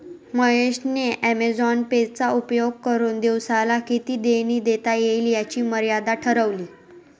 महेश ने Amazon Pay चा उपयोग करुन दिवसाला किती देणी देता येईल याची मर्यादा ठरवली